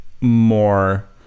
more